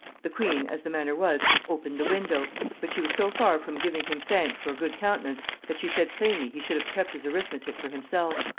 the queen, as the manner was, opened the window but she was so far from giving him thanks or good countenance, that she said plainly he should have kept his arithmetic for himself.